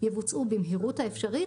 יבוצעו במהירות האפשרית,